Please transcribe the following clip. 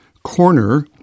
Corner